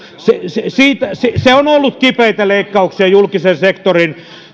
se on tarkoittanut kipeitä leikkauksia julkisen sektorin